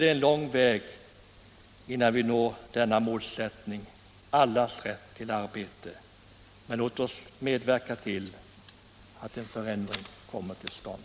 Det är lång väg att gå innan vi når målet: arbete åt alla som vill arbeta. Låt oss alla medverka till att en förändring kommer till stånd!